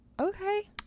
okay